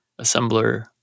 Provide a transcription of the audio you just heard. assembler